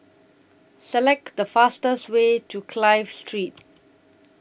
Select The fastest Way to Clive Street